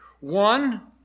one